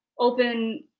open